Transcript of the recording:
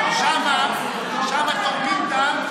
שם תורמים דם,